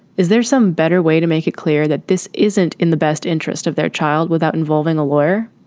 is there some better way to make it clear that this isn't in the best interest of their child without involving a lawyer?